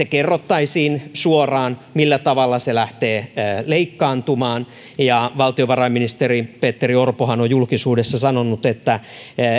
kerrottaisiin suoraan millä tavalla se lähtee leikkaantumaan ja valtiovarainministeri petteri orpohan on julkisuudessa sanonut että